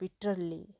bitterly